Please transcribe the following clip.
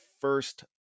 first